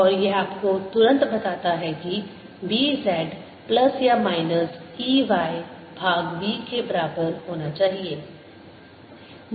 और यह आपको तुरंत बताता है कि B z प्लस या माइनस E y भाग v के बराबर होना चाहिए